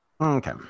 Okay